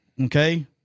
okay